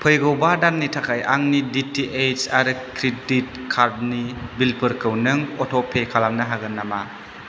फैगौ बा दाननि थाखाय आंनि डि टि एइस आरो क्रेडिट कार्डनि बिलफोरखौ नों अट'पे खालामनो हागोन नामा